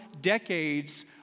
decades